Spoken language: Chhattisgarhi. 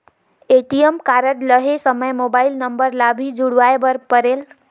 ए.टी.एम कारड लहे समय मोबाइल नंबर ला भी जुड़वाए बर परेल?